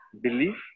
belief